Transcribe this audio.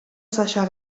sasha